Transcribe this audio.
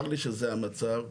צר לי שזה המצב,